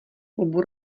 klubu